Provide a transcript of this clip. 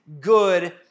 good